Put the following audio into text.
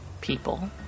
people